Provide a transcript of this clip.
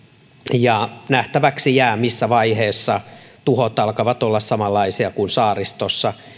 ja nähtäväksi jää missä vaiheessa tuhot alkavat olla samanlaisia kuin saaristossa